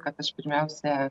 kad aš pirmiausia